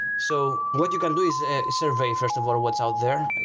so what you can do is survey, first of all, what's out there.